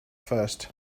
first